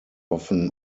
often